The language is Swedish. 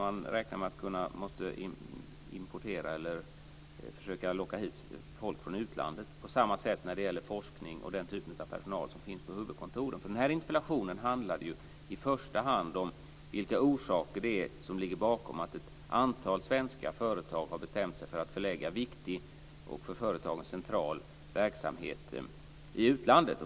Man räknar med att man måste försöka locka hit folk från utlandet. På samma sätt är det med forskare och personal på huvudkontoren. Interpellationen handlar i första hand om vilka orsaker det är till att ett antal svenska företag har bestämt sig för att förlägga viktig och för företagen central verksamhet till utlandet.